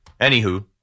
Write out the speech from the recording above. Anywho